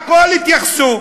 הכול התייחסו.